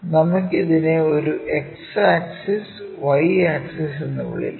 നമുക്ക് ഇതിനെ ഒരു X ആക്സിസ് Y ആക്സിസ് എന്ന് വിളിക്കാം